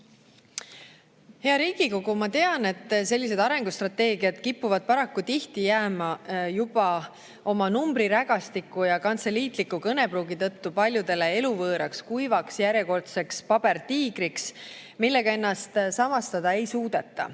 Riigikogu! Ma tean, et sellised arengustrateegiad kipuvad paraku tihti jääma oma numbrirägastiku ja kantseliitliku kõnepruugi tõttu paljudele eluvõõraks ja kuivaks, järjekordseks pabertiigriks, millega ennast samastada ei suudeta.